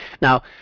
Now